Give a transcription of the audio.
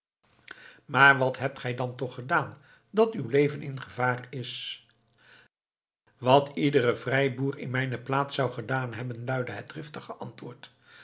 maar wat hebt gij dan toch gedaan dat uw leven in gevaar is wat iedere vrijboer in mijne plaats zou gedaan hebben luidde het driftige antwoord